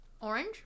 Orange